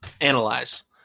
analyze